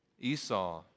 Esau